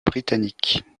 britannique